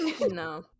No